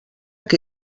que